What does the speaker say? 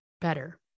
better